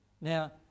Now